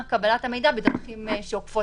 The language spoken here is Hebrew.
זה היה בדלתיים סגורות?